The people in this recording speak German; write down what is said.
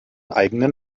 eigenen